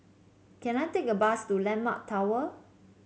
can I take a bus to landmark Tower